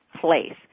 place